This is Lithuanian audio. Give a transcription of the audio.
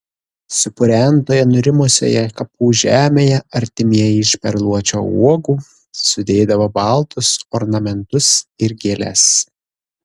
supurentoje nurimusioje kapų žemėje artimieji iš perluočio uogų sudėdavo baltus ornamentus ir gėles